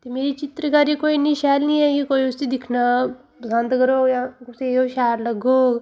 ते मेरी चित्रकारी कोई इन्नी शैल नी ऐ ही कोई उसी दिक्खना पसंद करोग जां कुसै गी ओह् शैल लग्गग